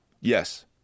Yes